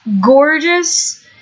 Gorgeous